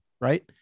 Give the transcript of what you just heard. right